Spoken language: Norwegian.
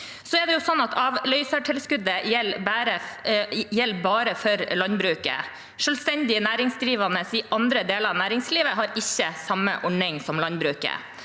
avløsertilskuddet bare gjelder for landbruket. Selvstendig næringsdrivende i andre deler av næringslivet har ikke samme ordning som landbruket.